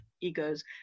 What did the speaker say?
egos